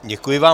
Děkuji vám.